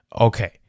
Okay